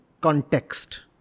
context